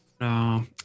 no